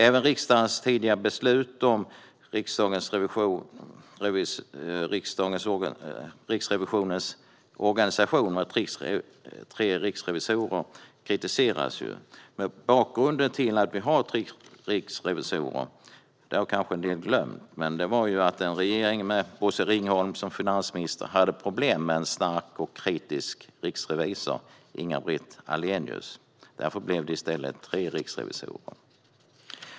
Även riksdagens tidigare beslut om Riksrevisionens organisation med tre riksrevisorer kritiseras. Bakgrunden till att vi har tre riksrevisorer kanske en del har glömt. Men det berodde på att en regering, med Bosse Ringholm som finansminister, hade problem med en stark och kritisk riksrevisor, Inga-Britt Ahlenius. Därför blev det i stället tre riksrevisorer.